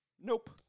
Nope